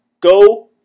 Go